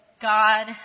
God